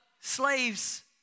slaves